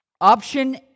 Option